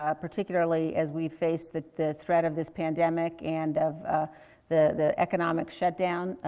ah particularly as we faced the the threat of this pandemic and of the the economic shutdown,